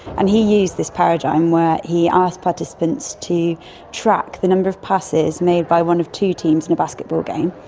and he used this paradigm were he asked participants to track the number of passes made by one of two teams in a basketball game.